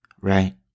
right